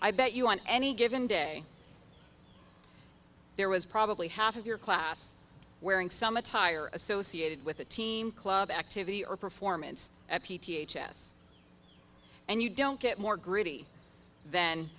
i bet you on any given day there was probably half of your class wearing some attire associated with a team club activity or performance at p t a h s and you don't get more gritty th